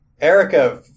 Erica